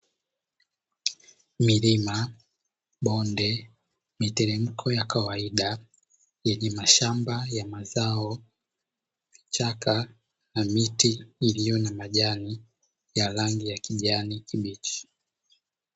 Milima, bonde, miteremko ya kawaida, yenye mashamba ya mazao vichaka, na miti iliyo na majani ya rangi ya kijani kibichi.